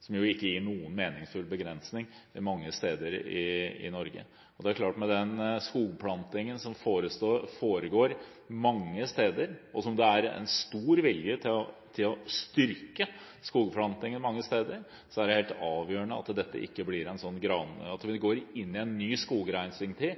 som ikke gir noen meningsfull begrensning mange steder i Norge. Det er klart at med den skogplantingen som foregår mange steder, og som det er en stor vilje til å styrke mange steder, er det helt avgjørende at vi ikke går inn i en ny skogreisningstid med granplanting rundt i norske fjorder og kystlandskap som mange jobber tungt for å få til.